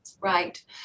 Right